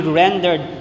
rendered